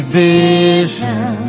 vision